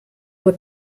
were